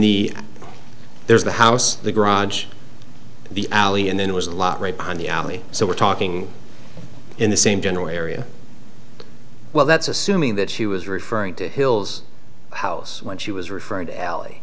the there's the house the garage the alley and then it was a lot right behind the alley so we're talking in the same general area well that's assuming that she was referring to hill's house when she was referr